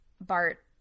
Bart